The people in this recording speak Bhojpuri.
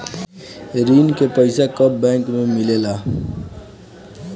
ऋण के पइसा बैंक मे कब मिले ला?